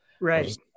Right